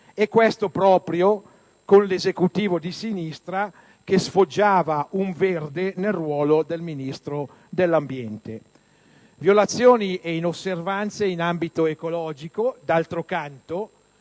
è avvenuto proprio con un Esecutivo di sinistra che sfoggiava un "verde" nel ruolo di Ministro dell'ambiente. Violazioni ed inosservanze in ambito ecologico, d'altro canto,